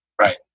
Right